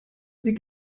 sie